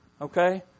okay